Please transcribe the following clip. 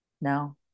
no